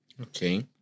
Okay